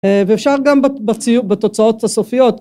ואפשר גם בתוצאות הסופיות